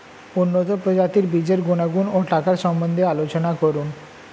উন্নত প্রজাতির বীজের গুণাগুণ ও টাকার সম্বন্ধে আলোচনা করুন